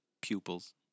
pupils